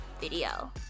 video